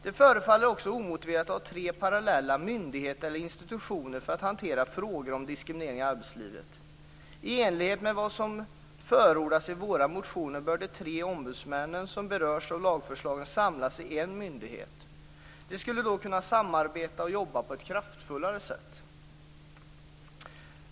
Det förefaller också omotiverat att ha tre parallella myndigheter eller institutioner för att hantera frågor om diskriminering i arbetslivet. I enlighet med vad som förordas i våra motioner bör de tre ombudsmännen som berörs av lagförslagen samlas i en myndighet. De skulle då kunna samarbeta och jobba på ett kraftfullare sätt.